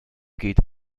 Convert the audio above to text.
geht